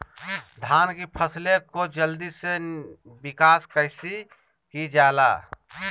धान की फसलें को जल्दी से विकास कैसी कि जाला?